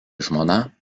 žmona